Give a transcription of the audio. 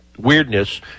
weirdness